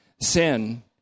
Sin